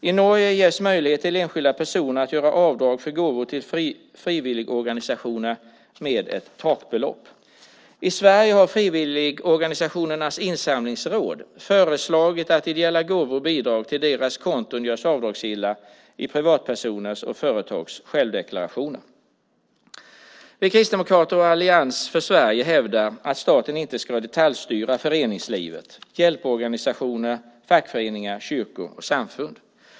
I Norge ges möjlighet för enskilda personer att göra avdrag för gåvor till frivilligorganisationer upp till ett takbelopp. I Sverige har Frivilligorganisationernas insamlingsråd föreslagit att ideella gåvor och bidrag till deras konton görs avdragsgilla i privatpersoners och företags självdeklarationer. Vi kristdemokrater och Allians för Sverige hävdar att staten inte ska detaljstyra föreningslivet, hjälporganisationer, fackföreningar, kyrkor och samfund.